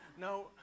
No